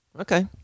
Okay